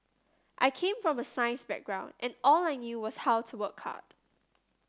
I came from a science background and all I knew was how to work hard